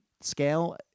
scale